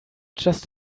just